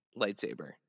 lightsaber